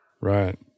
Right